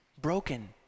broken